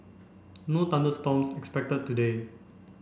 no thunder storms expected today